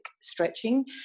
stretching